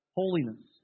holiness